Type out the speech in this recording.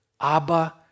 Abba